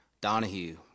Donahue